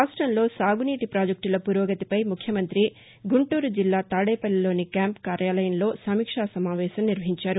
రాష్టం లో సాగు నీటి ప్రాజెక్టుల పురోగతిపై ముఖ్యమంతి గుంటూరు జిల్లా తాదేపల్లిలోని క్యాంప్ కార్యాలయంలో నిన్న సమీక్షా సమావేశం నిర్వహించారు